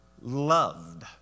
loved